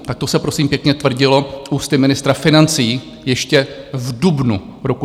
Tak to se prosím pěkně tvrdilo ústy ministra financí ještě v dubnu roku 2023.